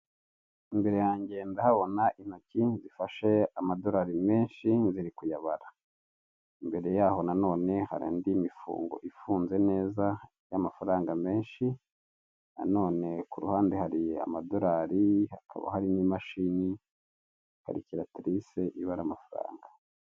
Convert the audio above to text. Imbere yange ndahabona intoki zifashe amadorari menshi, ziri kuyabara. Imbere y'aho na none hari indi mifungo ifunze neza, y'amafaranga menshi, na none ku ruhande hari amadorari, hakaba hari n'imashini, karikiratirise, ibara amafaranga.